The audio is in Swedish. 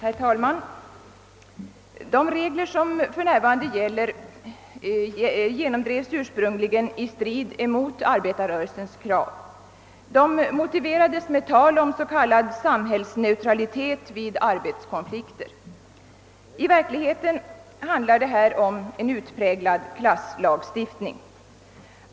Herr talman! De regler som för närvarande gäller genomdrevs ursprungligen i strid mot arbetarrörelsens krav. Reglerna motiverades med tal om s.k. samhällsneutralitet vid arbetskonflikter. I verkligheten var det en utpräglad klasslagstiftning.